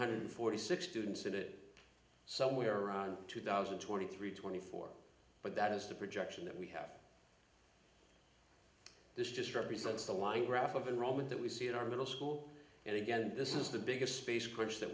hundred forty six students in it somewhere around two thousand twenty three twenty four but that is the projection that we have this just represents the line graph of enrollment that we see in our middle school and again this is the biggest space courage that